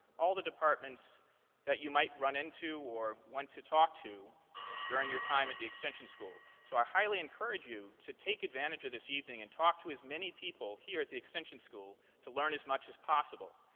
all the departments that you might run into or want to talk to during your time at the extension school. so i highly encourage you to take advantage of this evening and talk to as many people here at the extension school to learn as much as possible.